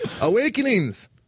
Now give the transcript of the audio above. Awakenings